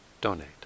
donate